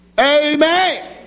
Amen